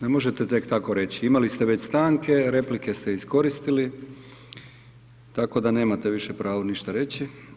Ne možete tek tako reći, mali ste već stanke, replike ste iskoristili, tako da nemate pravo više pravo ništa reći.